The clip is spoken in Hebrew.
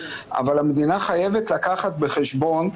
אבל המדינה חייבת לקחת בחשבון,